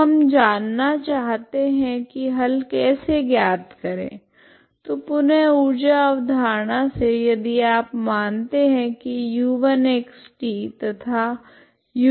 तो हम जानना चाहते है की हल कैसे ज्ञात करे तो पुनः ऊर्जा अवधारणा से यदि आप मानते है की u1xt तथा